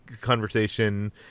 conversation